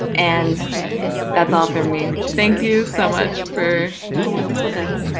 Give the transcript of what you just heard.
and that's all from me. thank you so much for a wonderful day.